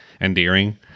endearing